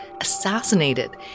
assassinated